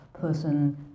person